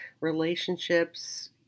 relationships